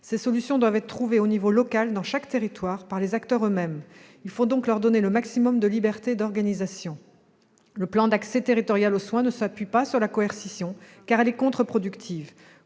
Ces solutions doivent être trouvées au niveau local, dans chaque territoire, par les acteurs eux-mêmes : il faut donc leur donner le maximum de liberté d'organisation. Le plan d'accès territorial aux soins ne s'appuie pas sur la coercition, car elle est contre-productive.